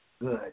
good